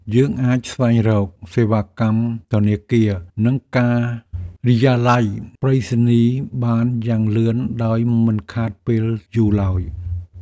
យើងអាចស្វែងរកសេវាកម្មធនាគារ និងការិយាល័យប្រៃសណីយ៍បានយ៉ាងលឿនដោយមិនខាតពេលយូរឡើយ។